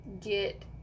get